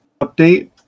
update